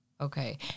Okay